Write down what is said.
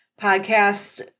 podcast